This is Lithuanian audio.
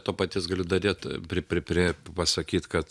to paties galiu dadėt pri pri pri pasakyt kad